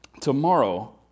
tomorrow